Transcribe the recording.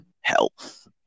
health